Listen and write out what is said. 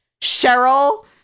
Cheryl